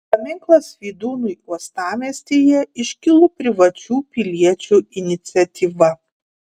paminklas vydūnui uostamiestyje iškilo privačių piliečių iniciatyva